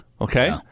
Okay